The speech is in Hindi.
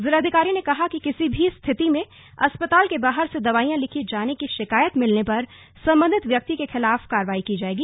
ज़िलाधिकारी ने कहा कि किसी भी स्थिति में अस्पताल के बाहर से दवाइयां लिखी जाने की शिकायत मिलने पर सम्बन्धित व्यक्ति के खिलाफ कार्रवाई की जायेगी